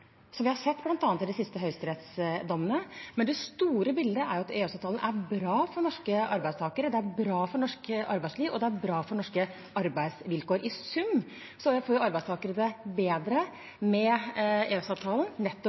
vi har sett i bl.a. de siste høyesterettsdommene. Men det store bildet er at EØS-avtalen er bra for norske arbeidstakere, den er bra for norsk arbeidsliv, og den er bra for norske arbeidsvilkår. I sum får arbeidstakere det bedre med EØS-avtalen, nettopp